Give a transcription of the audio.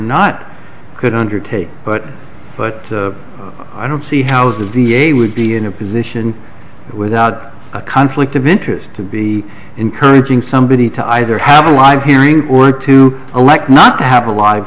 not could undertake but but i don't see how the v a would be in a position without a conflict of interest to be encouraging somebody to either have a live hearing or to elect not to have a lot of